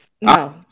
No